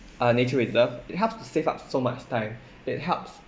uh nature reserve it helps to save up so much time it helps